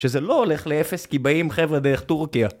שזה לא הולך לאפס כי באים חבר'ה דרך טורקיה